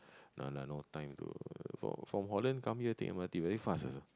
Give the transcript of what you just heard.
no lah no time to from from Holland come here take m_r_t very fast ah